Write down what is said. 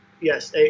yes